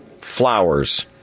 flowers